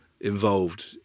involved